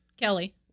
Kelly